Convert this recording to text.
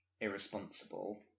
irresponsible